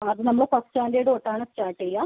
അ അത് നമ്മൾ first standard തൊട്ടാണ് സ്റ്റാർട്ട് ചെയ്യുക